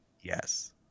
Yes